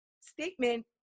statement